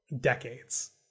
decades